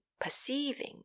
perceiving